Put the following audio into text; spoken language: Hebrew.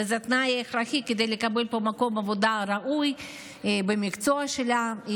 וזה תנאי הכרחי כדי לקבל פה מקום עבודה ראוי במקצוע שלה,